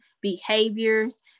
behaviors